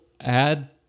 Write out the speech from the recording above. add